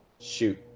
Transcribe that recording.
shoot